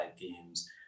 games